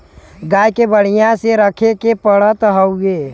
गाय के बढ़िया से रखे के पड़त हउवे